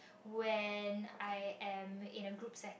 when I am in a group setting